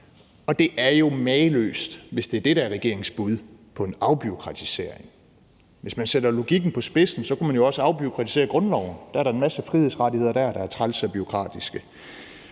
Det er jo mageløst, hvis det er det, der er regeringens bud på en afbureaukratisering. Hvis man sætter logikken på spidsen, kunne man jo også afbureaukratisere grundloven – der er da en masse frihedsrettigheder der, der er trælse og bureaukratiske.